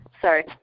sorry